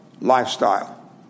lifestyle